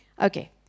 okay